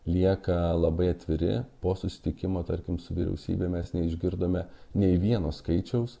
lieka labai atviri po susitikimo tarkim su vyriausybe mes neišgirdome nei vieno skaičiaus